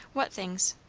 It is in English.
what things?